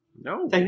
No